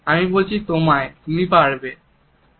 আমি বলছি তোমায় আমি পারবো